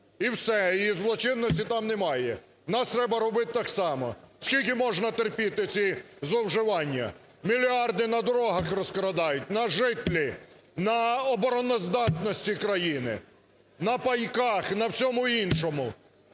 і все, і злочинності там немає. В нас треба робити так само. Скільки можна терпіти ці зловживання? Мільярди на дорогах розкрадають, на житлі, на обороноздатності країни, на пайках, на всьому іншому,